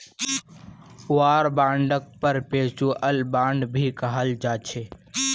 war बांडक perpetual bond भी कहाल जाछे